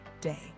day